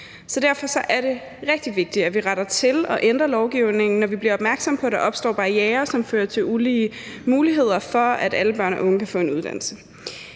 Derfor er det rigtig vigtigt, at vi ændrer og retter lovgivningen til, når vi bliver opmærksomme på, at der opstår barrierer, som fører til ulige muligheder for, at alle børn og unge kan få en uddannelse.